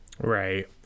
right